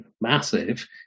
massive